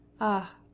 Ah